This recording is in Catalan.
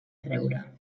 treure